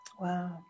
Wow